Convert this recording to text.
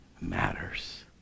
matters